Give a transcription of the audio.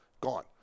gone